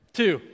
two